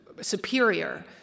superior